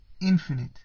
infinite